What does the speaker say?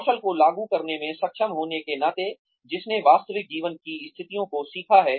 कौशल को लागू करने में सक्षम होने के नाते जिसने वास्तविक जीवन की स्थितियों को सीखा है